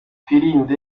twirinde